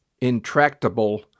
intractable